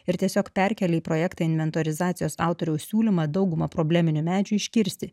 ir tiesiog perkėlė į projektą inventorizacijos autoriaus siūlymą daugumą probleminių medžių iškirsti